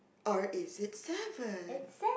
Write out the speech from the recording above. or is it seven